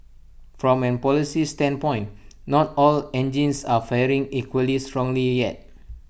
from A policy standpoint not all engines are firing equally strongly yet